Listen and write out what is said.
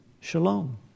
Shalom